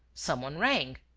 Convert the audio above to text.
some one rang.